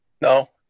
No